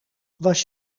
was